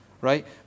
right